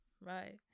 Right